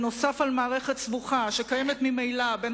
נוסף על מערכת סבוכה שקיימת ממילא בין